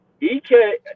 EK